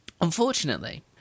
Unfortunately